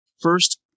first